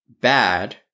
bad